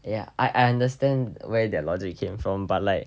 ya I understand where their logic came from but like